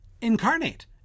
incarnate